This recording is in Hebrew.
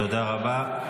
תודה רבה.